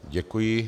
Děkuji.